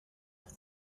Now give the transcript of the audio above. off